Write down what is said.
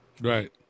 right